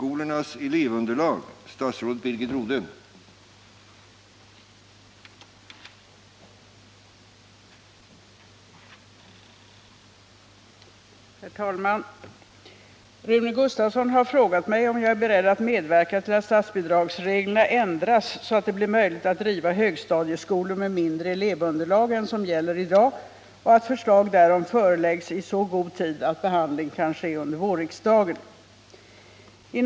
Kommunernas strävanden till decentralisering av högstadieverksamheten har hittills stoppats av stelbenta statsbidragsregler. Två skolministrar har med hänvisning till dessa regler sagt att elevunderlaget är för litet för högstadium i såväl Lammhult som Lidhult. Därför har en tillfredsställande lösning för eleverna på dessa orter inte kunnat nås. Regeringen Fälldin förberedde dock förslag som skulle göra det möjligt att inrätta och driva mindre högstadieskolenheter.